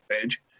page